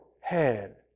head